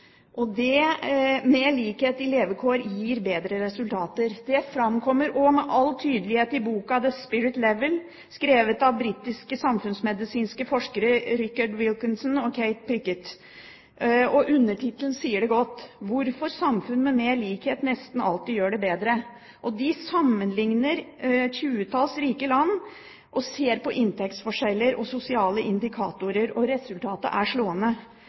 Likhet i levekår gir bedre resultater. Det framkommer også med all tydelighet i boka «The Spirit Level», skrevet av britiske samfunnsmedisinske forskere, Richard Wilkinson og Kate Pickett. Undertittelen sier det godt: Hvorfor samfunn med mer likhet nesten alltid gjør det bedre. De sammenlikner et tjuetall rike land og ser på inntektsforskjeller og sosiale indikatorer. Resultatet er slående.